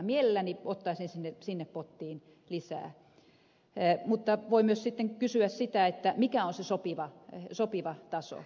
mielelläni ottaisin sinne pottiin lisää mutta voi myös sitten kysyä sitä mikä on se sopiva taso